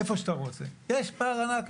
איפה שאתה רוצה, יש פער ענק.